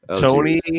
Tony